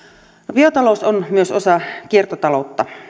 biotalous on myös osa kiertotaloutta